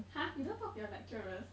!huh! you don't talk to your lecturers